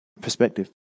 perspective